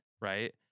right